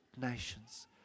nations